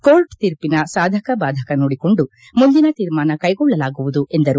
court ತೀರ್ಪಿನ ಸಾಧಕ ಬಾಧಕ ನೋಡಿಕೊಂಡು ಮುಂದಿನ ತೀರ್ಮಾನ ಕೈಗೊಳ್ಳಲಾಗುವುದು ಎಂದರು